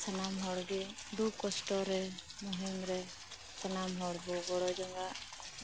ᱥᱟᱱᱟᱢ ᱦᱚᱲ ᱜᱮ ᱫᱩᱠ ᱠᱚᱥᱴ ᱨᱮ ᱢᱩᱦᱤᱢ ᱨᱮ ᱥᱟᱱᱟᱢ ᱦᱚᱲ ᱵᱚ ᱜᱚᱲᱚ ᱡᱚᱝᱟ